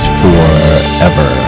forever